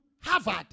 Harvard